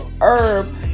herb